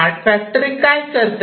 smart factory काय करते